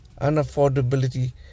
unaffordability